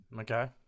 Okay